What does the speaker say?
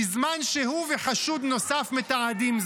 בזמן שהוא וחשוד נוסף מתעדים זאת.